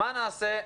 מה נעשה,